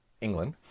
England